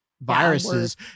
viruses